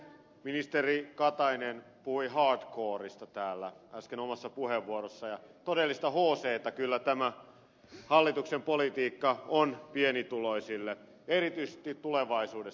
ministeri katainen puhui hard coresta täällä äsken omassa puheenvuorossaan ja todellista hctä kyllä tämä hallituksen politiikka on pienituloisille erityisesti tulevaisuudessa